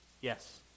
Yes